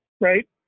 right